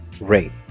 rate